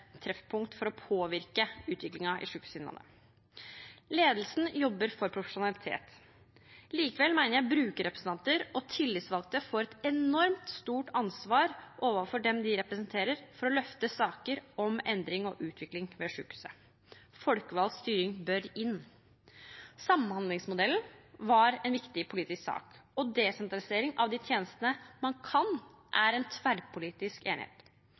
treffpunkt for å påvirke utviklingen i Sykehuset Innlandet. Ledelsen jobber for profesjonalitet. Likevel mener jeg at brukerrepresentanter og tillitsvalgte får et enormt stort ansvar overfor dem de representerer, for å løfte saker om endring og utvikling ved sykehuset. Folkevalgt styring bør inn. Samhandlingsmodellen var en viktig politisk sak, og desentralisering av de tjenestene man kan desentralisere, er det tverrpolitisk enighet